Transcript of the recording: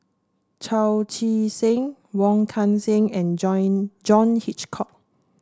Chao Tzee Cheng Wong Kan Seng and Join John Hitchcock